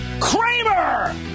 Kramer